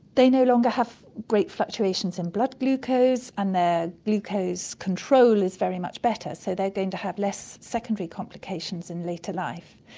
they no longer have great fluctuations in blood glucose and their glucose control is very much better, so they're going to have less secondary complications in later life.